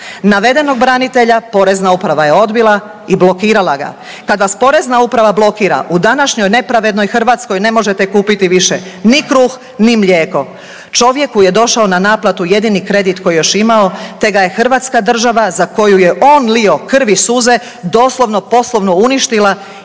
Navedenog branitelja Porezna uprava je odbila i blokirala ga. Kada vas Porezna uprava blokira u današnjoj nepravednoj Hrvatskoj ne možete kupiti više ni kruh, ni mlijeko. Čovjeku je došao na naplatu jedini kredit koji je još imao te ga je Hrvatska država za koju je on lio krv i suze doslovno poslovno uništila jer ga je izručila